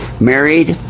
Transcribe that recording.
married